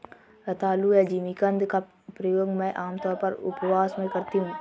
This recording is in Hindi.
रतालू या जिमीकंद का प्रयोग मैं आमतौर पर उपवास में करती हूँ